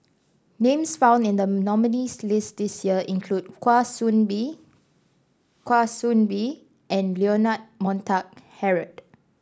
names found in the nominees' list this year include Kwa Soon Bee Kwa Soon Bee and Leonard Montague Harrod